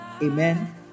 Amen